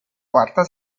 quarta